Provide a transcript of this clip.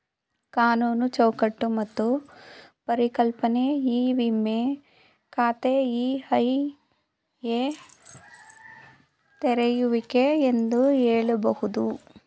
ಕಾನೂನು ಚೌಕಟ್ಟು ಮತ್ತು ಪರಿಕಲ್ಪನೆ ಇ ವಿಮ ಖಾತೆ ಇ.ಐ.ಎ ತೆರೆಯುವಿಕೆ ಎಂದು ಹೇಳಬಹುದು